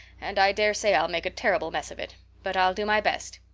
and i dare say i'll make a terrible mess of it. but i'll do my best.